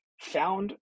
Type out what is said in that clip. found